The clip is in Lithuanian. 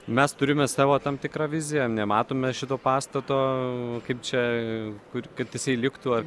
mes turime savo tam tikrą viziją nematome šito pastato kaip čia kur kad jisai liktų ar